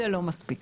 זה לא מספיק.